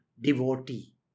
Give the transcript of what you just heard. devotee